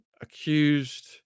accused